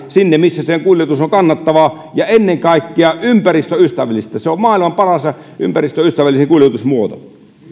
sinne missä se kuljetus on kannattavaa ja ennen kaikkea ympäristöystävällistä se on maailman paras ja ympäristöystävällisin kuljetusmuoto